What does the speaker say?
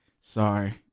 Sorry